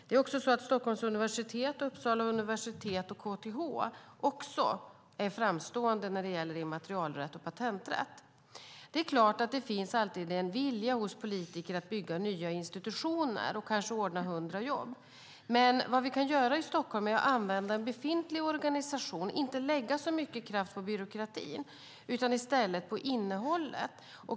Även Stockholms universitet, Uppsala universitet och KTH är framstående när det gäller immaterialrätt och patenträtt. Det är klart att det alltid finns en vilja hos politiker att bygga nya institutioner och kanske ordna 100 jobb. Men vad vi kan göra i Stockholm är att använda befintlig organisation och inte lägga så mycket kraft på byråkratin utan i stället på innehållet.